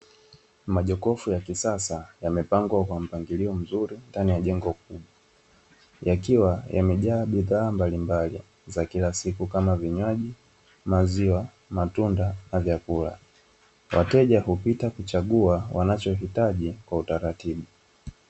Majokofu ya kisasa yamepangwa kwa mpangilio mzuri ndani ya jengo kubwa, yakiwa yamejaa bidhaa mbalimbali za kila siku, kama: vinywaji, maziwa, matunda na vyakula. Wateja hupita kuchagua wanachohitaji kwa utaratibu.